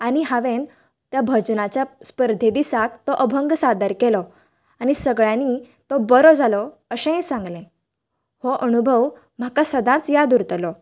आनी हांवेन त्या भजनाच्या स्पर्धे दिसाक तो अभंग सादर केलो आनी तो सगळ्यांनी बरो जालो अशेंय सांगले हो अणभव म्हाका सदांच याद उरतलो